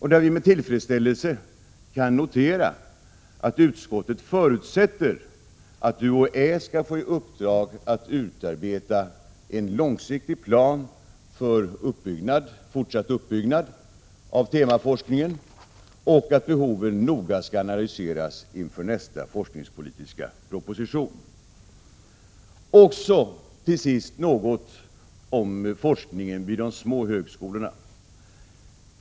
Vi kan med tillfredsställelse notera att utskottet förutsätter att UHÄ skall få i uppdrag att utarbeta en långsiktig plan för fortsatt uppbyggnad av temaforskningen och att behoven noga skall analyseras inför nästa forskningspolitiska proposition. Till sist också något om forskningen vid de små högskolorna.